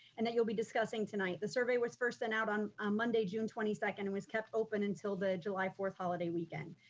and that you'll be discussing tonight. the survey was first sent out on ah monday june twenty second, and was kept open until the july fourth holiday weekend.